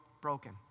broken